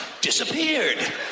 disappeared